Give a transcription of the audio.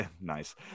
Nice